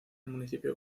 municipio